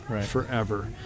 forever